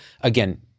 again